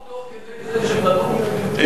לא דיברו תוך כדי זה שבנו, ?